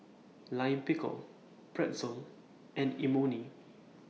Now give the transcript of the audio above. Lime Pickle Pretzel and Imoni